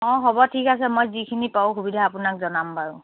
অঁ হ'ব ঠিক আছে মই যিখিনি পাৰোঁ সুবিধা আপোনাক জনাম বাৰু